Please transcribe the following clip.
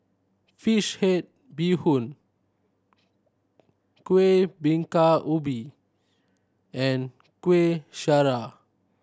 fish head bee hoon Kueh Bingka Ubi and Kueh Syara